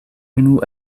unu